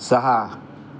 सहा